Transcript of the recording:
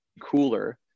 cooler